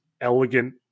elegant